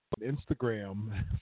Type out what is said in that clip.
Instagram